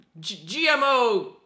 GMO